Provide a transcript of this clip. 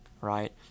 right